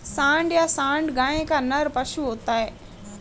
सांड या साँड़ गाय का नर पशु होता है